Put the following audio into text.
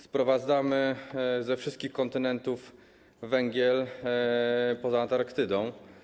Sprowadzamy ze wszystkich kontynentów węgiel, poza Antarktydą.